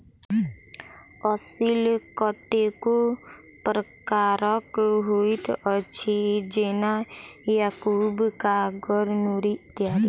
असील कतेको प्रकारक होइत अछि, जेना याकूब, कागर, नूरी इत्यादि